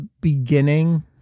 beginning